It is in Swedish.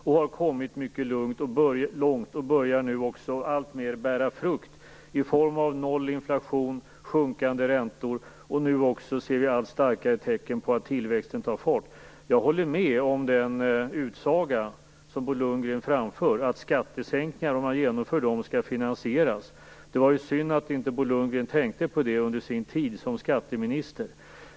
Det har kommit mycket långt, och börjar nu också allt mer bära frukt i form av noll inflation, sjunkande räntor och nu också allt starkare tecken på att tillväxten tar fart. Jag håller med om den utsaga som Bo Lundgren framför: Om man genomför skattesänkningar skall de finansieras. Det var ju synd att han inte tänkte på det under sin tid som skatteminister.